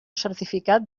certificat